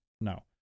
No